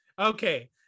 Okay